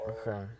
Okay